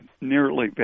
nearly